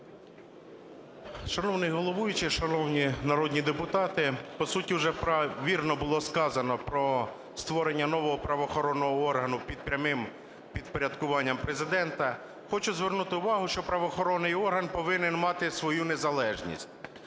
Шановний головуючий, шановні народні депутати! По суті, вже вірно було сказано про створення нового правоохоронного органу під прямим підпорядкуванням Президента. Хочу звернути увагу, що правоохоронний орган повинен мати свою незалежність.